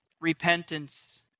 repentance